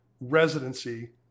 residency